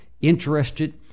interested